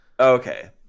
okay